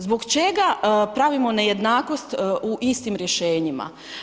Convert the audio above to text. Zbog čega pravimo nejednakost u istim rješenjima?